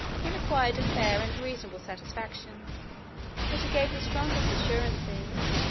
he required a fair and reasonable satisfaction but he gave the strongest assurances,